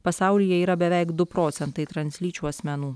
pasaulyje yra beveik du procentai translyčių asmenų